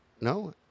No